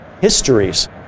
histories